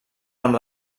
amb